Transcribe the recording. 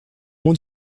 mon